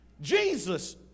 Jesus